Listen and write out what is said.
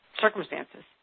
circumstances